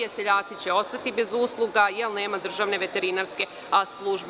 Seljaci će ostati bez usluga jer nema državne veterinarske službe.